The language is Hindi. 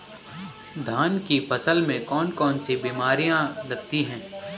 धान की फसल में कौन कौन सी बीमारियां लगती हैं?